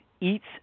eats